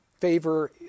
favor